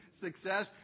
success